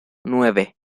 nueve